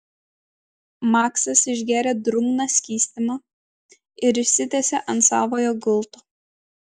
maksas išgėrė drungną skystimą ir išsitiesė ant savojo gulto